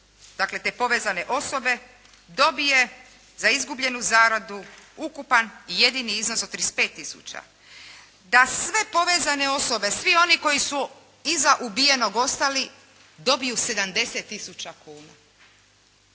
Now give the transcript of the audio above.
dakle te povezane osobe dobije za izgubljenu zaradu ukupan i jedini iznos od 35 tisuća, da sve povezane osobe, svi oni koji su iza ubijenog ostali dobiju 70 tisuća